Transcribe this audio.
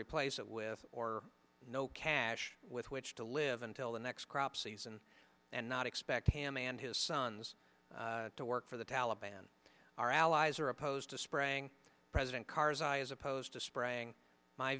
replace it with or no cash with which to live until the next crop season and not expect him and his sons to work for the taliban our allies are opposed to spraying president karzai as opposed to spring my